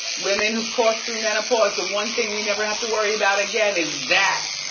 women who've crossed through menopause, the one thing we never have to worry about again is that.